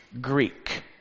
Greek